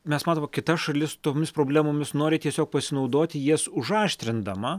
mes matome kita šalis tomis problemomis nori tiesiog pasinaudoti jas užaštrindama